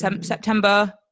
September